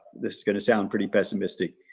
this is going to sound pretty pessimistic.